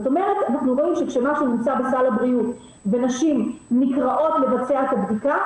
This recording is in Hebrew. אנחנו רואים שכשמשהו נמצא בסל הבריאות ונשים נקראות לבצע את הבדיקה,